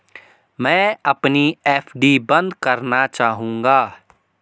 मैं अपनी एफ.डी बंद करना चाहूंगा